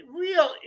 real